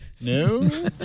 No